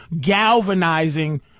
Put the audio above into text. galvanizing